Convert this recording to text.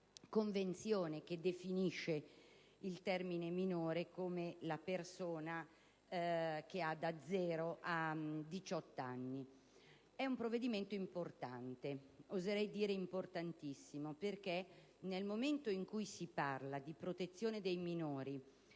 Convenzione che definisce il minore come la persona che ha da zero a 18 anni. È un provvedimento importante, oserei dire importantissimo, perché, nel momento in cui si parla di protezione dei minori